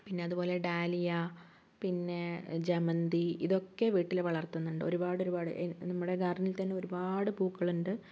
പിന്നെ അതുപോലെ ഡാലിയ പിന്നെ ജമന്തി ഇതൊക്കെ വീട്ടിൽ വളര്ത്തുന്നുണ്ട് ഒരുപാട് ഒരുപാട് നമ്മുടെ ഗാര്ഡനില് തന്നെ ഒരുപാട് പൂക്കളുണ്ട്